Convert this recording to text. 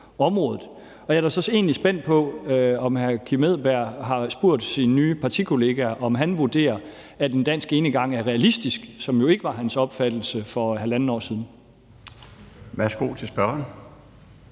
Jeg er da så egentlig spændt på, om hr. Kim Edberg Andersen har spurgt sin nye partikollega, om han vurderer, at en dansk enegang er realistisk, hvilket jo ikke var hans opfattelse for halvandet år siden. Kl. 16:48 Den